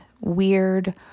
weird